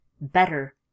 Better